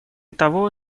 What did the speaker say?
того